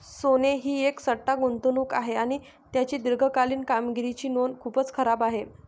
सोने ही एक सट्टा गुंतवणूक आहे आणि त्याची दीर्घकालीन कामगिरीची नोंद खूपच खराब आहे